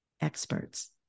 experts